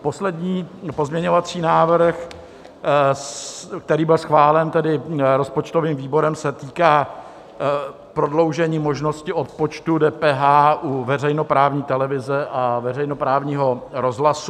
Poslední pozměňovací návrh, který byl schválen rozpočtovým výborem, se týká prodloužení možnosti odpočtu DPH u veřejnoprávní televize a veřejnoprávního rozhlasu.